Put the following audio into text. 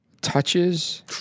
touches